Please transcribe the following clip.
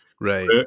right